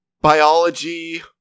biology